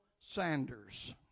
Sanders